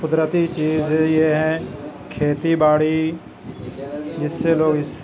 قدرتی چیز یہ ہے کھیتی باڑی جس سے لوگ اس